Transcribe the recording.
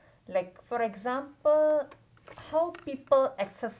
like for example how people excer~